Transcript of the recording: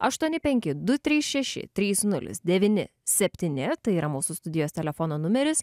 aštuoni penki du trys šeši trys nulis devyni septyni tai yra mūsų studijos telefono numeris